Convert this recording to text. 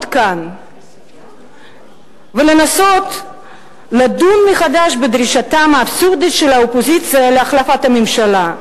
כאן ולנסות לדון מחדש בדרישתה האבסורדית של האופוזיציה להחלפת הממשלה.